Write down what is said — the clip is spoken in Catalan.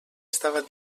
estava